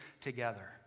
together